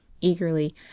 eagerly